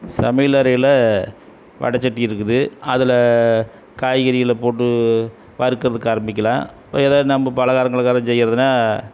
சமையல் அறையில் வடைச்சட்டி இருக்குது அதில் காய்கறிகளை போட்டு வறுக்கிறதுக்கு ஆரமிக்கலாம் இப்போ எதாவது நம்ம பலகாரம் கிலகாரம் செய்கிறதுனா